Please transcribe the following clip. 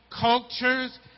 cultures